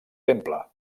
temple